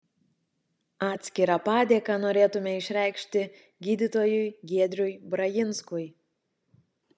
atskirą padėką norėtume išreikšti gydytojui giedriui brajinskui